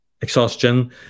exhaustion